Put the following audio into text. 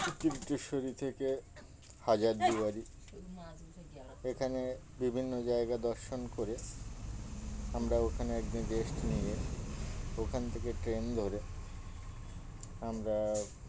কীরিটেশ্বরী থেকে হাজারদুয়ারী এখানে বিভিন্ন জায়গা দর্শন করে আমরা ওখানে একদিন গেস্ট নিয়ে ওখান থেকে ট্রেন ধরে আমরা